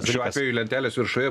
šiuo atveju lentelės viršuje